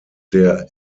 der